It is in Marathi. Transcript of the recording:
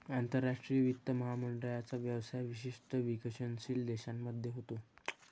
आंतरराष्ट्रीय वित्त महामंडळाचा व्यवसाय विशेषतः विकसनशील देशांमध्ये होतो